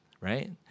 right